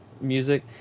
music